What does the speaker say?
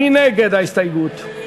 מי נגד ההסתייגות?